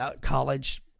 college